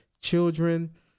children